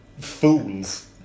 fools